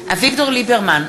אביגדור ליברמן,